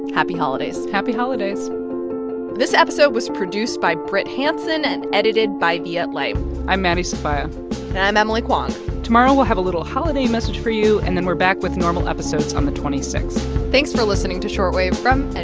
happy holidays happy holidays this episode was produced by brit hanson and edited by viet le i'm maddie sofia and i'm emily kwong tomorrow, we'll have a little holiday message for you, and then we're back with normal episodes on the twenty six point thanks for listening to short wave from ah